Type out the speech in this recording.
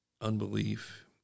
unbelief